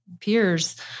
peers